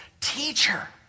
teacher